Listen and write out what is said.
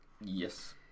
Yes